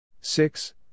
Six